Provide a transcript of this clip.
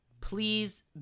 please